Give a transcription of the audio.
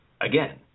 again